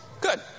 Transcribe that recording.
Good